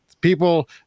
people